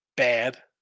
bad